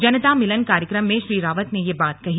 जनता मिलन कार्यक्रम में श्री रावत ने ये बात कही